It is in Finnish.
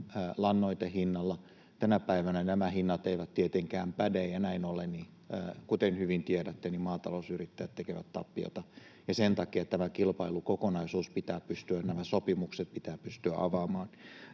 lannoitehinnalla. Tänä päivänä nämä hinnat eivät tietenkään päde, ja näin ollen, kuten hyvin tiedätte, maatalousyrittäjät tekevät tappiota. Sen takia tämä kilpailukokonaisuus, nämä sopimukset pitää pystyä avaamaan,